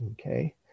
Okay